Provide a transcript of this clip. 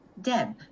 deb